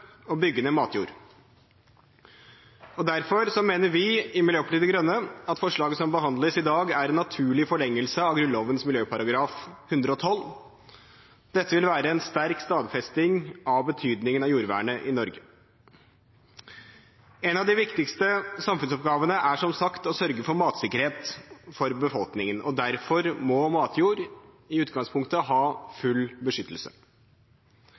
bygge ned matjord. Derfor mener vi i Miljøpartiet De Grønne at forslaget som behandles i dag, er en naturlig forlengelse av Grunnlovens miljøparagraf, 112. Dette vil være en sterk stadfesting av betydningen av jordvernet i Norge. En av de viktigste samfunnsoppgavene er som sagt å sørge for matsikkerhet for befolkningen. Derfor må matjord i utgangspunktet ha full beskyttelse,